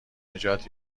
نجات